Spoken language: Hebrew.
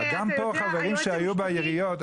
חברים פה שהיו בעיריות,